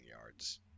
yards